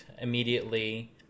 immediately